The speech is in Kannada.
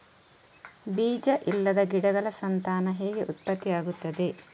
ಬೀಜ ಇಲ್ಲದ ಗಿಡಗಳ ಸಂತಾನ ಹೇಗೆ ಉತ್ಪತ್ತಿ ಆಗುತ್ತದೆ?